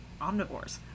omnivores